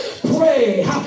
pray